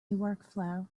workflow